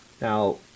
Now